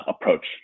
approach